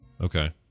Okay